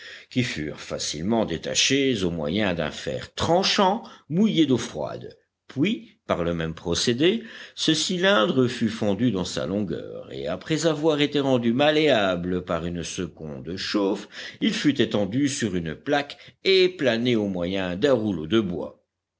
qui furent facilement détachées au moyen d'un fer tranchant mouillé d'eau froide puis par le même procédé ce cylindre fut fendu dans sa longueur et après avoir été rendu malléable par une seconde chauffe il fut étendu sur une plaque et plané au moyen d'un rouleau de bois